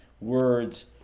words